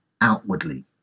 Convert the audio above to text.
outwardly